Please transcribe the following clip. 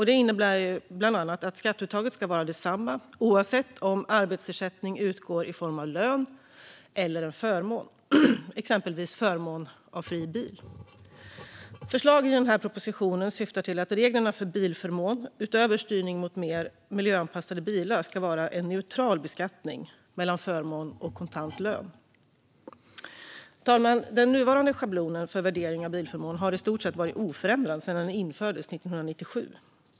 Det innebär bland annat att skatteuttaget ska vara detsamma oavsett om arbetsersättning utgår i form av lön eller i form av en förmån, exempelvis förmån av fri bil. Förslagen i propositionen syftar till att reglerna för bilförmån, utöver styrning mot mer miljöanpassade bilar, ska innebära en neutral beskattning mellan förmån och kontant lön. Fru talman! Den nuvarande schablonen för värdering av bilförmån har i stort sett varit oförändrad sedan den infördes 1997.